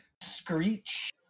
screech